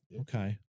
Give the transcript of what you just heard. Okay